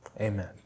Amen